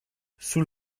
sul